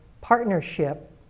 partnership